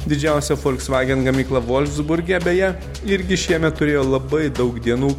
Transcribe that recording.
didžiausia folksvagen gamykla volfsburge beje irgi šiemet turėjo labai daug dienų